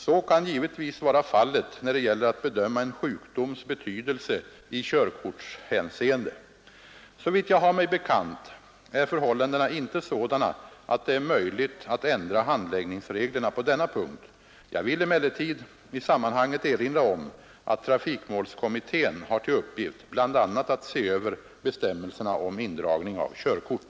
Så kan givetvis vara fallet när det gäller att bedöma en sjukdoms betydelse i körkortshänseende. Såvitt jag har mig bekant är förhållandena inte sådana att det är möjligt att ändra handläggningsreglerna på denna punkt. Jag vill emellertid i sammanhanget erinra om att trafikmålskommittén har till uppgift att bl.a. se över bestämmelserna om indragning av körkort.